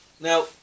Now